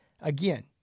again